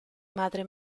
madre